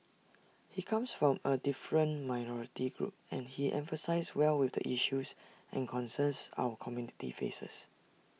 he comes from A different minority group and he empathises well with the issues and concerns our community faces